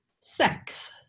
sex